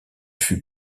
fut